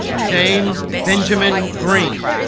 james benjamin green